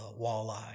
walleye